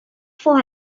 for